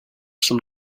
some